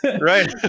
Right